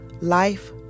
life